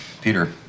Peter